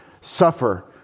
suffer